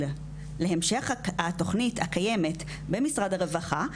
להמשך התוכנית הקיימת במשרד הרווחה,